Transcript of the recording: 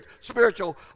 spiritual